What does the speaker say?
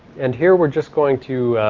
and here we're just going to